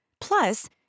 Plus